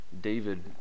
David